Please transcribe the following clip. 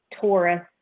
Taurus